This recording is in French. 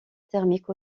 thermique